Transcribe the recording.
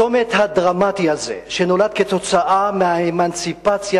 בצומת הדרמטי הזה שנולד כתוצאה מהאמנציפציה